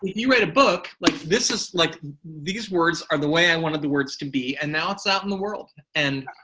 you write a book, like this is, like these words are the way i wanted the words to be and now it's out in the world and